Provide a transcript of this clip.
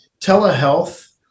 telehealth